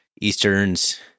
Eastern's